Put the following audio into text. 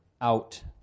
out